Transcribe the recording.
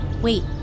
Wait